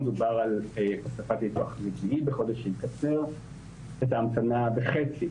דובר על הוספת ניתוח רביעי בחודש שיקצר את ההמתנה בחצי.